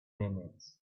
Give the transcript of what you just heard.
minutes